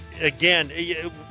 again